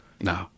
No